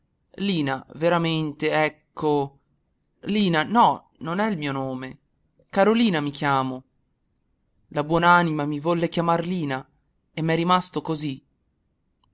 lina veramente ecco lina no non è il mio nome carolina mi chiamo la buon'anima mi volle chiamar lina e m'è rimasto così